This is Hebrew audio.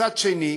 מצד שני,